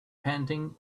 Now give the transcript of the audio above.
panting